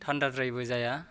थान्दाद्रायबो जाया